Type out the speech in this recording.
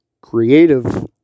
creative